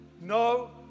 no